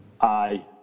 Aye